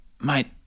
mate